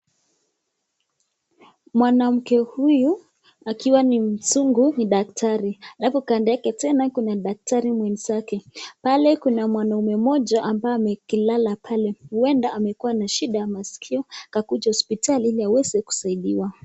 Mwanamke huyu akiwa akiwa ni mzungu ni daktari, alafu kado yake tena kuna daktari mwenzake, pale kuna mwanaume mmoja ambaye ame kilala pale huenda amekuwa na shida ya maskio akakuja hospitali hospitali ili aweze kusaidiwa.